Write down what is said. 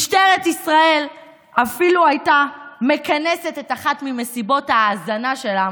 משטרת ישראל אפילו הייתה מכנסת את אחת ממסיבות ההאזנה שלה,